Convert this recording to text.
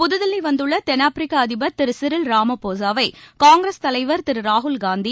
புதுதில்லி வந்துள்ள தென்னாப்பிரிக்க அதிபர் திரு சிரில் ராமபோசாவை காங்கிரஸ் தலைவர் திரு ராகுல்காந்தி